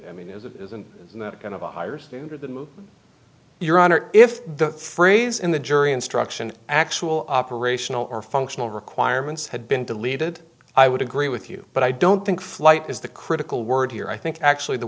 i mean is it isn't that kind of a higher standard than your honor if the phrase in the jury instruction actual operational or functional requirements had been deleted i would agree with you but i don't think flight is the critical word here i think actually the